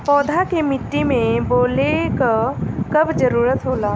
पौधा के मिट्टी में बोवले क कब जरूरत होला